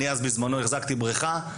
אני אז בזמנו החזקתי בריכה,